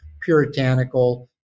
puritanical